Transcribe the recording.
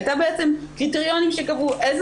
אלא היו בעצם קריטריונים שקבעו איזה